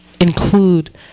include